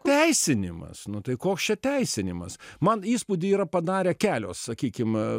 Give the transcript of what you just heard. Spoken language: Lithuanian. teisinimas nu tai koks čia teisinimas man įspūdį yra padarę kelios sakykim